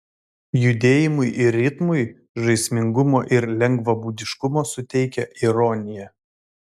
judėjimui ir ritmui žaismingumo ir lengvabūdiškumo suteikia ironija